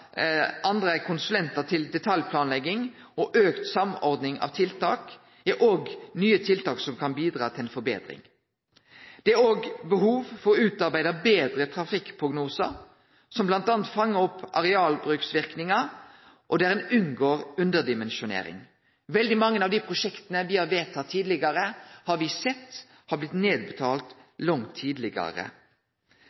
andre konsulentar til detaljplanlegging og auka samordning av tiltak er nye tiltak som kan bidra til ei forbetring. Det er òg behov for å utarbeide betre trafikkprognosar som bl.a. fangar opp arealbruksverknaden, og der ein unngår underdimensjonering. Veldig mange av dei prosjekta me har vedtatt tidlegare, har me sett har blitt